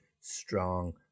strong